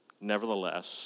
nevertheless